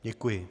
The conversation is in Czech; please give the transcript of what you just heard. Děkuji.